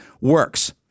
works